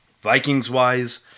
Vikings-wise